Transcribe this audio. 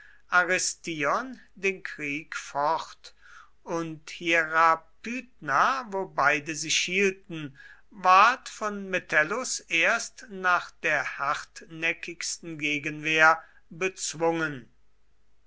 aristion den krieg fort und hierapytna wo beide sich hielten ward von metellus erst nach der hartnäckigsten gegenwehr bezwungen